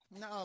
No